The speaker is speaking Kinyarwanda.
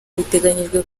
biteganyijwe